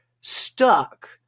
stuck